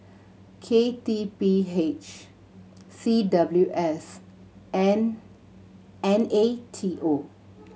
K T P H C W S and N A T O